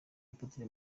apotre